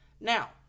Now